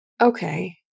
okay